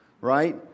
right